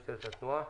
משטרת התנועה.